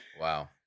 Wow